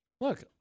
Look